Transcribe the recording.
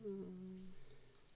ते